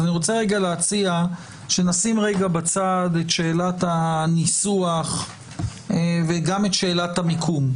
אז אני רוצה להציע שנשים בצד את שאלת הניסוח וגם את שאלת המיקום,